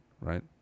Right